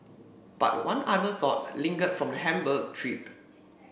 but one other thought lingered from the Hamburg trip